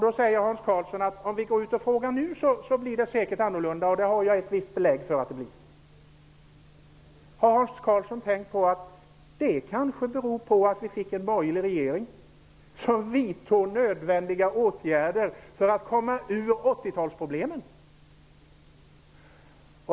Då säger Hans Karlsson att det säkert låter annorlunda om vi går ut och frågar i dag och att han har ett visst belägg för det. Har Hans Karlsson tänkt på att det kanske beror på att att vi fick en borgerlig regering som vidtog nödvändiga åtgärder för att komma ur 80-talsproblemen?